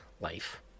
life